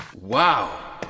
Wow